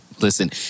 Listen